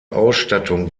ausstattung